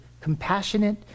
compassionate